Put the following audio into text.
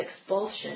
expulsion